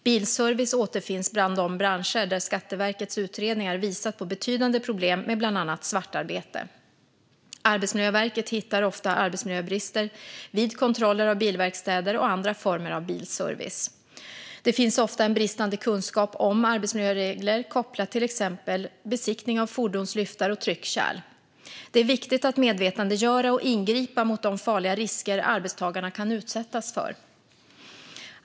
Bilservice återfinns bland de branscher där Skatteverkets utredningar visat på betydande problem med bland annat svartarbete. Arbetsmiljöverket hittar ofta arbetsmiljöbrister vid kontroller av bilverkstäder och andra former av bilservice. Det finns ofta en bristande kunskap om arbetsmiljöregler kopplat till exempelvis besiktning av fordonslyftar och tryckkärl. Det är viktigt att medvetandegöra arbetstagarna och ingripa mot de faror och risker de kan utsättas för.